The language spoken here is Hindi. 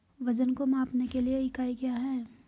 वजन को मापने के लिए इकाई क्या है?